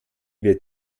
wird